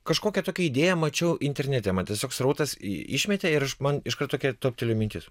kažkokią tokią idėją mačiau internete man tiesiog srautas išmetė ir aš man iš karto toptelėjo mintis